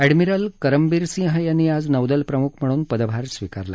admiral Karambir Singh यांनी आज नौदल प्रमुख म्हणून पदभार स्विकारला